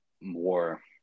more